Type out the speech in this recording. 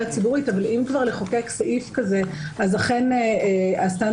הציבורית אבל אם כבר לחוקק סעיף כזה אז אכן הסטנדרט